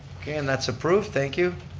okay, and that's approved, thank you.